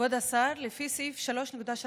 כבוד השר, לפי סעיף 3.3